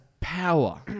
power